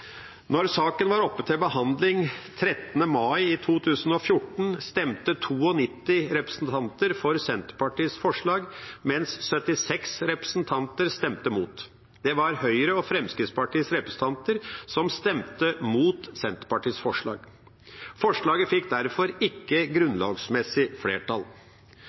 saken var oppe til behandling den 13. mai 2014, stemte 92 representanter for Senterpartiets forslag, mens 76 representanter stemte imot. Det var Høyres og Fremskrittspartiets representanter som stemte imot Senterpartiets forslag. Forslaget fikk derfor ikke grunnlovsmessig flertall.